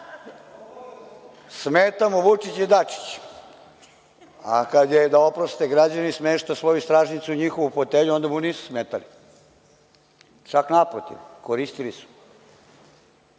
Smeta mu Vučić i Dačić. A kada je, da oprostite građani, smeštao svoju stražnjicu u njihovu fotelju, onda mu nisu smetali, čak naprotiv, koristili su. Evo